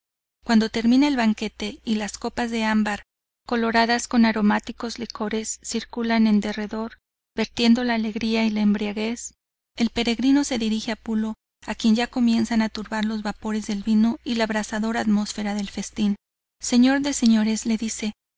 cuando termina el banquete y las copas de ámbar coloradas con aromáticos licores circulan en derredor vertiendo la alegría y la embriaguez el peregrino se dirige a pulo a quien ya comienzan a turbar los vapores del vino y la abrasadora atmósfera del festín señor de señores le dice